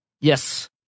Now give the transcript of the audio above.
Yes